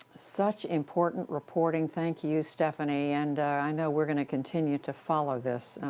such important reporting. thank you, stephanie. and i know we're going to continue to follow this.